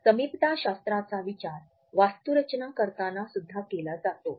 समीपताशास्त्रचा विचार वास्तुरचना करताना सुद्धा केला जातो